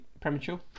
premature